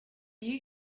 you